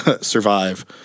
survive